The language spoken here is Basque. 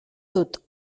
dut